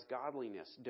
godliness